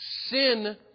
Sin